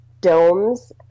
domes